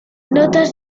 notas